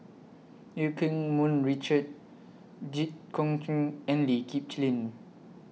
EU Keng Mun Richard Jit Koon Ch'ng and Lee Kip Lin